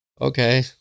okay